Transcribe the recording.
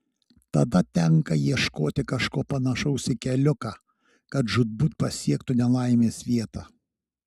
tada tenka ieškoti kažko panašaus į keliuką kad žūtbūt pasiektų nelaimės vietą